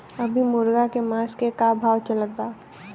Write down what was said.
अभी मुर्गा के मांस के का भाव चलत बा?